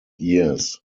years